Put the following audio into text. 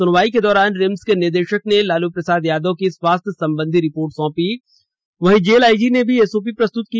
सुनवाई के दौरान रिम्स के निदेशक ने लालू प्रसाद यादव की स्वास्थ्य संबंधी रिपोर्ट सौंपी और जेल आईजी ने भी एसओपी प्रस्तुत किया